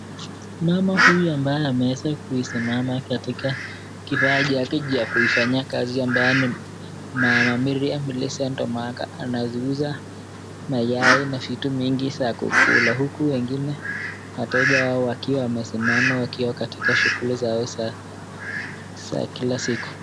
Mama huyu ambaye ameweza kuisimama katika kifaa chake cha kuifanyia kazi ambayo ni Mama Miriam Millicent Omanga anaziuza mayai na vitu mingi za kukula huku wengine wateja wakiwa wamesimama wakiwa katika shughuli zao za kila siku.